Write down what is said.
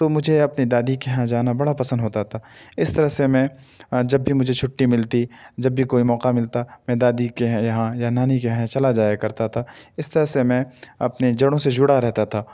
تو مجھے اپنی دادی کے یہاں جانا بڑا پسند ہوتا تھا اس طرح سے میں جب بھی مجھے چھٹی ملتی جب بھی کوئی موقع ملتا میں دادی کے یہاں یا نانی کے یہاں چلا جایا کرتا تھا اس طرح سے میں اپنے جڑوں سے جڑا رہتا تھا